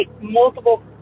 multiple